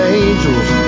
angels